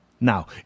Now